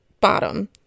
bottom